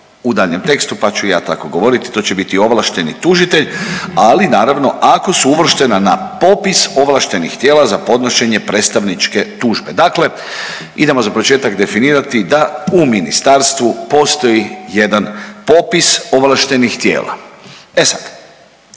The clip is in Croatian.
u daljnjem tekstu pa ću i ja tako govoriti, to će biti ovlašteni tužitelj, ali naravno ako su uvrštena na popis ovlaštenih tijela za podnošenje predstavničke tužbe. Dakle, idemo za početak definirati da u ministarstvu postoji jedan popis ovlaštenih tijela. E sad,